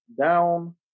down